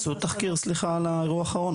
עשו תחקיר על האירוע האחרון?